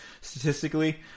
statistically